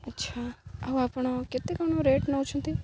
ଆଚ୍ଛା ଆଉ ଆପଣ କେତେ କ'ଣ ରେଟ୍ ନଉଛନ୍ତି